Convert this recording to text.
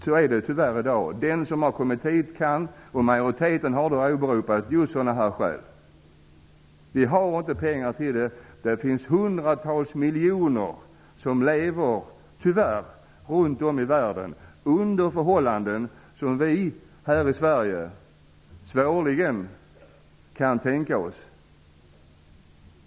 Majoriteten har åberopat just sådana skäl. Så är det tyvärr i dag, men vi har inte pengar till det. Det finns tyvärr hundratals miljoner människor runt om i världen som lever under förhållanden som vi här i Sverige svårligen kan tänka oss.